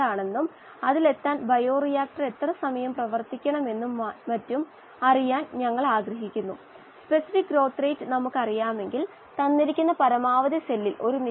500 ആർപിഎമ്മിൽ പ്രവർത്തിക്കുന്ന ഒരു ഇളക്കുന്ന ടാങ്ക് ബയോറിയാക്ടർ 1 അന്തരീക്ഷ മർദ്ദം 37 ഡിഗ്രി c എന്നിവ ഡൈനാമിക് പ്രതികരണ രീതിയിലൂടെ ഡാറ്റ ലഭിച്ചു